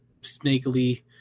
snakily